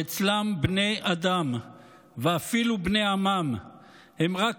שאצלם בני אדם ואפילו בני עמם הם רק